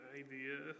idea